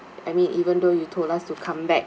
I mean even though you told us to come back